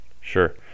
Sure